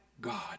God